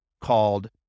called